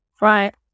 Right